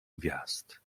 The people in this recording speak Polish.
gwiazd